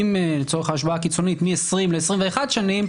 אם לצורך ההשוואה הקיצונית מ-20 ל-21 שנים,